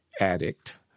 addict